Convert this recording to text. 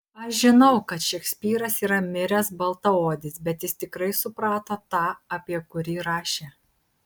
aš žinau kad šekspyras yra miręs baltaodis bet jis tikrai suprato tą apie kurį rašė